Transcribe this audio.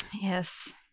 Yes